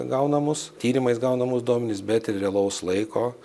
gaunamus tyrimais gaunamus duomenis bet ir realaus laiko